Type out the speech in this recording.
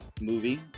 movie